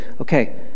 okay